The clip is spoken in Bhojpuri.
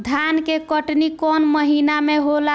धान के कटनी कौन महीना में होला?